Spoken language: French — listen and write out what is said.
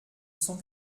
cent